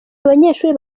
abanyeshuri